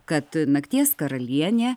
kad nakties karalienė